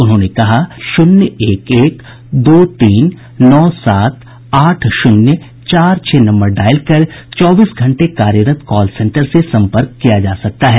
उन्होंने कहा कि शन्यू एक एक दो तीन नौ सात आठ शून्य चार छह नम्बर डायल कर चौबीस घंटे कार्यरत कॉल सेंटर से सम्पर्क किया जा सकता है